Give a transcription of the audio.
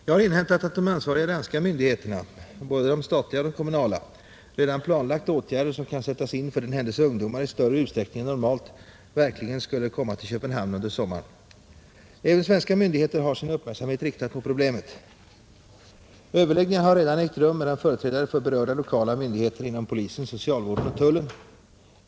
Jag har inhämtat att de ansvariga danska myndigheterna, såväl de statliga som de kommunala, redan planlagt åtgärder som kan sättas in för den händelse ungdomar i större utsträckning än normalt verkligen skulle komma till Köpenhman under sommaren 1971. Även svenska myndigheter har sin uppmärksamhet riktad på problemet. Överläggningar har redan ägt rum mellan företrädare för berörda lokala myndigheter inom polisen, socialvården och tullen.